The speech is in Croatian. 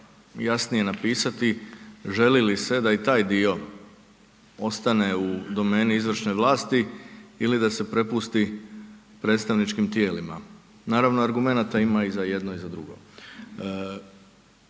jasnije napisati želi li se i da taj dio ostane u domeni izvršne vlasti ili da se prepusti predstavničkim tijelima. Naravno, argumenata ima i za jedno i za drugo.